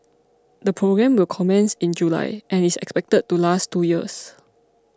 the programme will commence in July and is expected to last two years